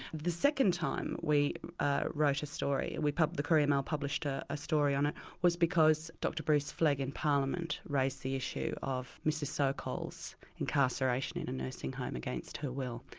the second time we ah wrote a story, and but but the courier mai published ah a story on it was because dr bruce flegg, in parliament, raised the issue of mrs sokal's incarceration in a nursing home against her will,